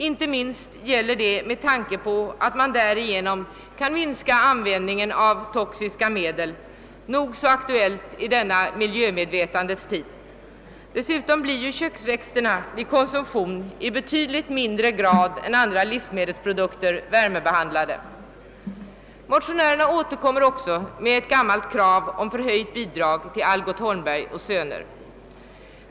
Inte minst gäller detta med hänsyn till att man därigenom kan minska användningen av toxiska medel, vilket är nog så aktuellt i denna miljömedvetna tid. Dessutom blir köksväxterna vid konsumtion i betydligt mindre grad än andra livsmedelsprodukter värmebehandlade. Motionärerna återkommer också med ett gammalt krav om förhöjt bidrag till Algot Holmberg & Söner AB.